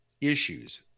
issues